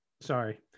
Sorry